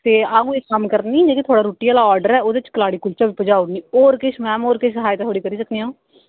ते अ'ऊं इक कम्म करनी में थुआढ़ा रुट्टी आहला आर्डर ऐ ओहदे च कलाड़ी कुल्चा बी पुजाई ओड़नी और किश मैम किश होर सहायता करी सकनी आं अ'ऊं